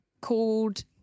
called